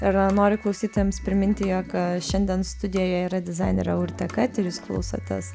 ir noriu klausytojams priminti jog kad šiandien studijoje yra dizainerė urtė kat ir jūs klausotės